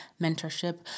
mentorship